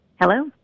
Hello